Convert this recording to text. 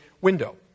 window